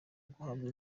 guhabwa